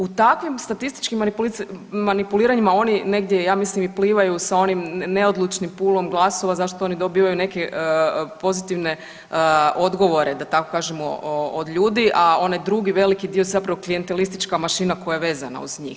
U takvim statističkim manipuliranjima oni negdje ja mislim i plivaju sa onim neodlučnim pulom glasova zašto oni dobivaju neke pozitivne odgovore, da tako kažemo, od ljudi, a onaj drugi veliki dio zapravo klijentelistička mašina koja je vezana uz njih.